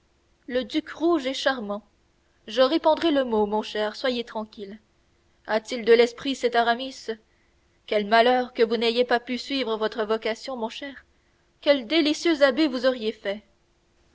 le duc rouge est charmant je répandrai le mot mon cher soyez tranquille at-il de l'esprit cet aramis quel malheur que vous n'ayez pas pu suivre votre vocation mon cher quel délicieux abbé vous eussiez fait